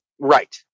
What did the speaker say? right